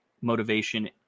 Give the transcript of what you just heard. motivation